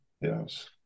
yes